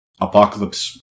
Apocalypse